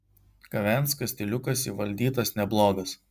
kavenskas stiliukas įvaldytas neblogas